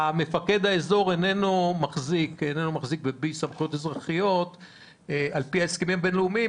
מפקד האזור איננו מחזיק ב-B סמכויות אזרחיות על פי הסכמים בין-לאומיים.